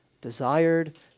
desired